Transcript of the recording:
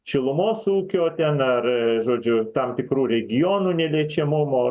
šilumos ūkio ten ar žodžiu tam tikrų regionų neliečiamumo